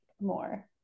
more